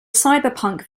cyberpunk